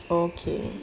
okay